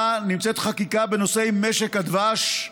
נמצאת חקיקה בנושאי משק הדבש,